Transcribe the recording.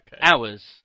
Hours